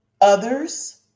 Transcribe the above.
others